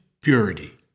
purity